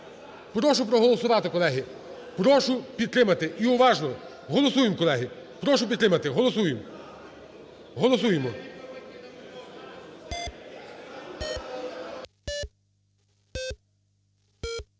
Прошу проголосувати, колеги. Прошу підтримати. І уважно голосуємо, колеги. Прошу підтримати. Голосуємо.